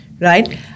right